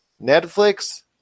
Netflix